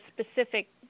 specific